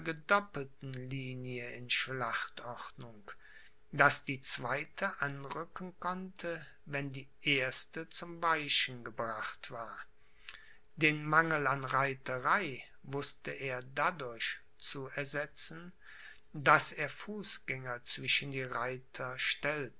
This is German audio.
gedoppelten linie in schlachtordnung daß die zweite anrücken konnte wenn die erste zum weichen gebracht war den mangel an reiterei wußte er dadurch zu ersetzen daß er fußgänger zwischen die reiter